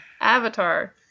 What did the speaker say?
Avatar